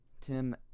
Tim